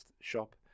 shop